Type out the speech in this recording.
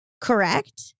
correct